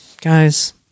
guys